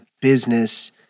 business